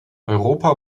europa